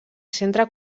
centre